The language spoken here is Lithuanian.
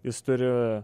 jis turi